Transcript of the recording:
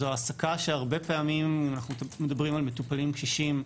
בהעסקה הזו הרבה פעמים אנחנו מדברים על מטופלים קשישים,